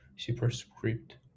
Superscript